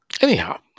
Anyhow